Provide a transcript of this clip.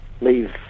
leave